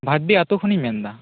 ᱵᱷᱟᱰᱰᱤ ᱟᱛᱳ ᱠᱷᱚᱱᱤᱧ ᱢᱮᱱᱫᱟ